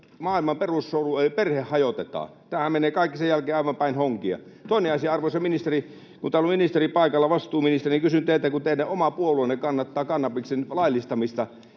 maailman perussolu eli perhe hajotetaan. Tämähän menee kaikki sen jälkeen aivan päin honkia. Toinen asia, arvoisa ministeri: Kun täällä on vastuuministeri paikalla, niin kysyn teiltä, kun teidän oma puolueenne kannattaa kannabiksen laillistamista,